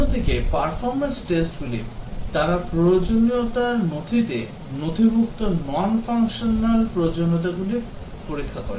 অন্যদিকে পারফরম্যান্স টেস্টগুলি তারা প্রয়োজনীয়তার নথিতে নথিভুক্ত non functional প্রয়োজনীয়তাগুলি পরীক্ষা করে